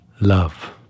love